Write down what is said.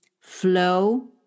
flow